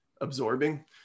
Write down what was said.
absorbing